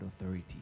authority